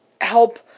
help